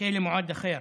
תידחה למועד אחר.